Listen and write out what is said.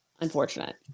unfortunate